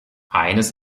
eines